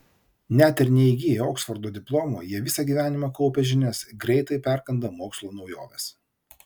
net ir neįgiję oksfordo diplomo jie visą gyvenimą kaupia žinias greitai perkanda mokslo naujoves